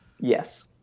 Yes